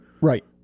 Right